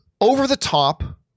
over-the-top